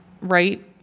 right